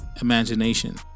imagination